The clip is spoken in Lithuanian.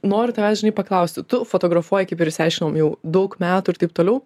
nori tavęs žinai paklausti tu fotografuoji kaip ir išsiaiškinom jau daug metų ir taip toliau